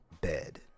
bed